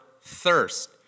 thirst